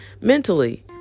mentally